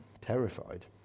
terrified